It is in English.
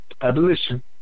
Abolition